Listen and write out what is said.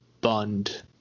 Bund